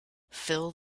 fill